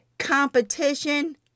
Competition